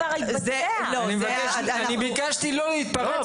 אני ביקשתי לא להתפרץ, נכון?